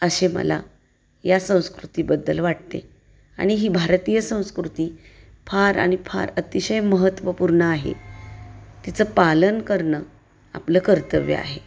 असे मला या संस्कृतीबद्दल वाटते आणि ही भारतीय संस्कृती फार आणि फार अतिशय महत्त्वपूर्ण आहे तिचं पालन करणं आपलं कर्तव्य आहे